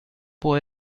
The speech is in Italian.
può